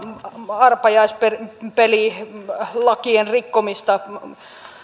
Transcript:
arpajaispelilakien rikkomista